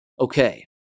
Okay